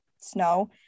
snow